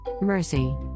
Mercy